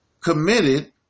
committed